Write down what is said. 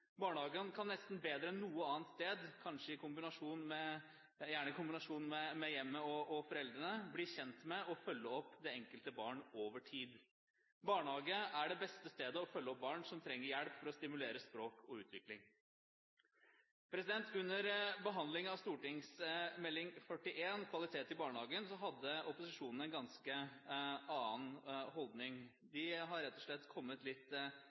Barnehagen kan nesten bedre enn noen andre – gjerne i kombinasjon med hjemmet og foreldrene – bli kjent med og følge opp det enkelte barn over tid. Barnehagen er det beste stedet å følge opp barn som trenger hjelp til å stimulere språk og utvikling. Under behandlingen av St.meld. nr. 41 for 2008–2009, Kvalitet i barnehagen, hadde opposisjonen en ganske annen holdning. De har rett og slett kommet litt